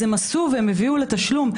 הם עשו והם הביאו לתשלום,